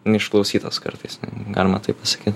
neišklausytas kartais galima taip pasakyt